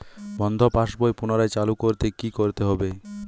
বন্ধ পাশ বই পুনরায় চালু করতে কি করতে হবে?